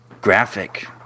graphic